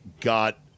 got